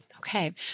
Okay